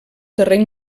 terreny